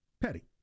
Petty